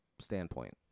standpoint